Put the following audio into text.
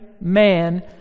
man